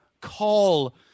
call